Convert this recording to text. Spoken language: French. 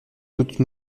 toute